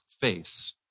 face